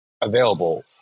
available